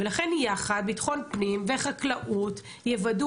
ולכן יחד בטחון פנים וחקלאות יוודאו